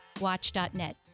watch.net